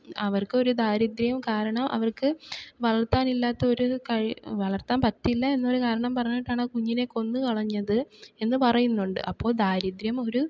അവർക്ക് ഒരു ദാരിദ്ര്യം കാരണം അവർക്ക് വളർത്താനില്ലാത്ത ഒരു കഴിവും വളർത്താൻ പറ്റില്ല എന്നൊരു കാരണം പറഞ്ഞിട്ടാണ് ആ കുഞ്ഞിനെ കൊന്നു കളഞ്ഞത് എന്ന് പറയുന്നുണ്ട് അപ്പോ ദാരിദ്ര്യം ഒരു